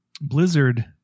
blizzard